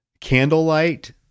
Candlelight